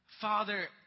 Father